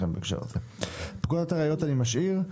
פקודת הראיות אני משאיר.